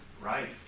right